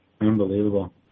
Unbelievable